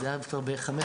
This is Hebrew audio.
זה היה כבר בחמש